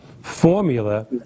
formula